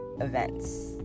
events